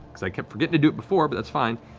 because i kept forgetting to do it before, but that's fine,